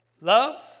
Love